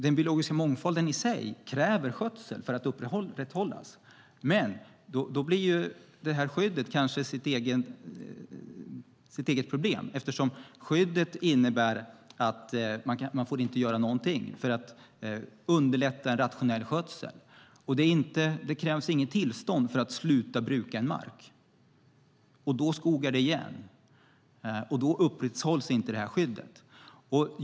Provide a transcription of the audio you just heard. Den biologiska mångfalden i sig kräver skötsel för att upprätthållas, men då blir det här skyddet kanske sitt eget problem eftersom skyddet innebär att man inte får göra någonting för att underlätta en rationell skötsel. Det krävs inget tillstånd för att sluta bruka en mark. Då skogar det igen, och då upprätthålls inte det här skyddet.